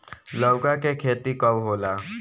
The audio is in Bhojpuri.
लौका के खेती कब होला?